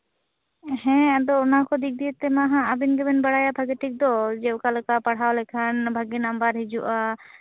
ᱦᱮᱸ ᱟᱫᱚ ᱚᱱᱟ ᱠᱚ ᱫᱤᱠ ᱫᱤᱭᱮ ᱛᱮ ᱢᱟ ᱦᱟᱸᱜ ᱟᱵᱤᱱ ᱜᱮᱵᱮᱱ ᱵᱟᱰᱟᱭᱟ ᱵᱷᱟᱹᱜᱤ ᱴᱷᱤᱠ ᱫᱚ ᱡᱮ ᱚᱠᱟᱞᱮᱠᱟ ᱯᱟᱲᱦᱟᱣ ᱞᱮᱠᱷᱟᱱ ᱵᱷᱟᱹᱜᱤ ᱱᱟᱢᱵᱟᱨ ᱦᱤᱡᱩᱜᱼᱟ